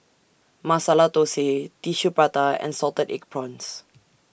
Masala Thosai Tissue Prata and Salted Egg Prawns